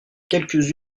quelques